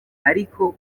ariko